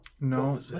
No